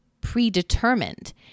predetermined